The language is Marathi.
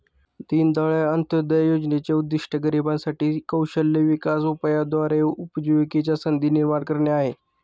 दीनदयाळ अंत्योदय योजनेचे उद्दिष्ट गरिबांसाठी साठी कौशल्य विकास उपायाद्वारे उपजीविकेच्या संधी निर्माण करणे आहे